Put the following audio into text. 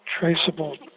traceable